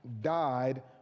died